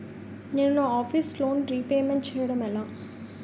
నేను నా office loan repayment చేయడం ఎలా?